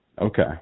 Okay